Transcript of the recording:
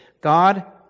God